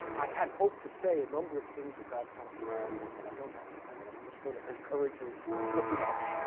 i had hoped to say a number of things about fosse's career, but i don't have time. and i'm just going to encourage you look him up.